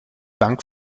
bank